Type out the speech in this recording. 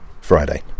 Friday